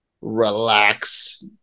relax